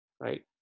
Right